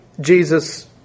Jesus